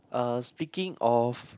uh speaking of